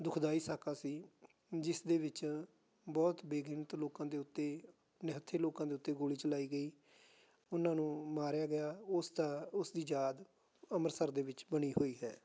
ਦੁਖਦਾਈ ਸਾਕਾ ਸੀ ਜਿਸ ਦੇ ਵਿੱਚ ਬਹੁਤ ਬੇਗਿਣਤ ਲੋਕਾਂ ਦੇ ਉੱਤੇ ਨਿਹੱਥੇ ਲੋਕਾਂ ਦੇ ਉੱਤੇ ਗੋਲੀ ਚਲਾਈ ਗਈ ਉਹਨਾਂ ਨੂੰ ਮਾਰਿਆ ਗਿਆ ਉਸ ਦਾ ਉਸ ਦੀ ਯਾਦ ਅੰਮ੍ਰਿਤਸਰ ਦੇ ਵਿੱਚ ਬਣੀ ਹੋਈ ਹੈ